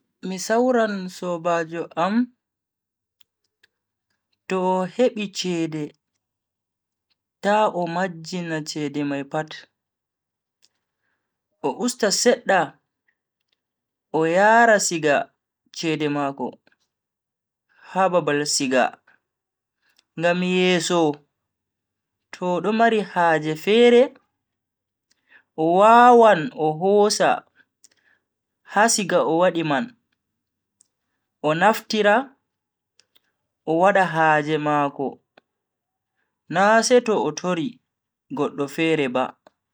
Mi sawran sobajo am to o hebi chede ta o majjina chede mai pat. O usta sedda o yara siga chede mako ha babal siga ngam yeso to odo mari haje fere o wawan o hosa ha siga o wadi man o naftira o wada haje mako na seto o tori goddo fere ba.